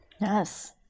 Yes